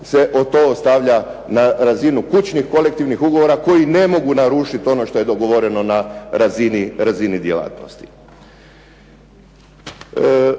finalu ostavlja na razinu kućnih kolektivnih ugovora koji ne mogu narušiti ono što je dogovoreno na razini djelatnosti.